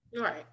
right